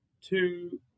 Two